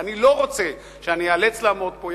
ואני לא רוצה שאיאלץ לעמוד פה,